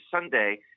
sunday